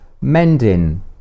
mending